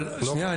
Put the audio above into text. אבל שנייה,